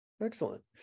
Excellent